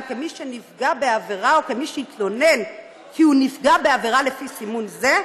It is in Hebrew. כמי שנפגע בעבירה או כמי שהתלונן כי הוא נפגע בעבירה לפי סימון זה,